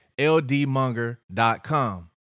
LDMonger.com